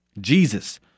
Jesus